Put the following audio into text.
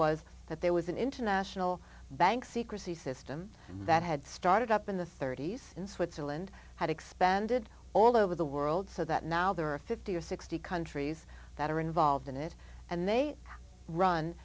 was that there was an international bank secrecy system that had started up in the thirty's in switzerland had expanded all over the world so that now there are fifty or sixty countries that are involved in it and they run